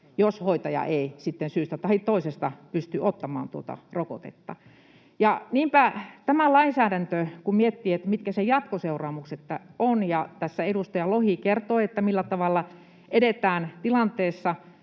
jos hoitaja ei sitten syystä tai toisesta pysty ottamaan tuota rokotetta. Niinpä, kun miettii, mitkä tämän lainsäädännön jatkoseuraamukset ovat — tässä edustaja Lohi kertoi, millä tavalla edetään tilanteessa